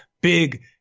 big